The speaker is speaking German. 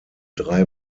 drei